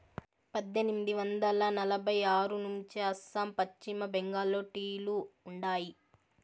పద్దెనిమిది వందల ఎనభై ఆరు నుంచే అస్సాం, పశ్చిమ బెంగాల్లో టీ లు ఉండాయి